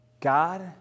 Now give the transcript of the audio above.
God